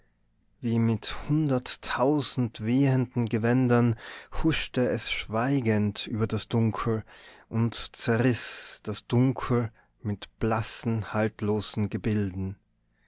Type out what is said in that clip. wie mit hunderttausend wehenden gewändern huschte es schweigend über das dunkel und zerriß das dunkel mit blassen haltlosen gebilden